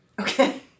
Okay